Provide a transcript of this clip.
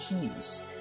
keys